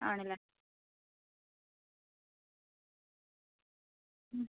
ആണല്ലേ മ്